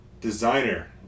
designer